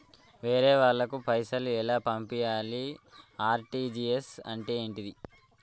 వేరే వాళ్ళకు పైసలు ఎలా పంపియ్యాలి? ఆర్.టి.జి.ఎస్ అంటే ఏంటిది?